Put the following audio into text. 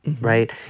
right